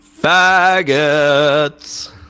faggots